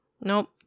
Nope